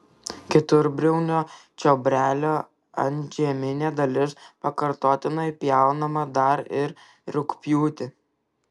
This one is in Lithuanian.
keturbriaunio čiobrelio antžeminė dalis pakartotinai pjaunama dar ir rugpjūtį